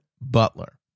butler